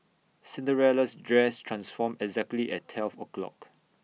Cinderella's dress transformed exactly at twelve o'clock